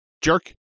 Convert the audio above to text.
jerk